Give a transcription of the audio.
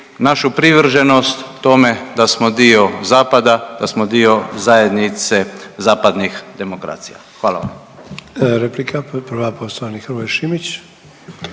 našu privrženost tome da smo dio zapada, da smo dio zajednice zapadnih demokracija. Hvala vam.